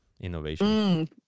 innovation